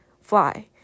fly